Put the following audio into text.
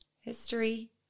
history